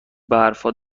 برفا